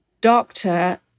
doctor